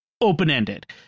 open-ended